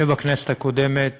שבכנסת הקודמת